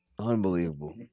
Unbelievable